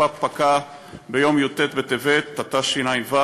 ותוקפה פקע ביום י"ט בטבת התשע"ו,